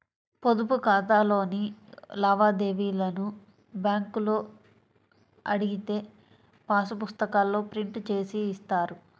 పొదుపు ఖాతాలోని లావాదేవీలను బ్యేంకులో అడిగితే పాసు పుస్తకాల్లో ప్రింట్ జేసి ఇస్తారు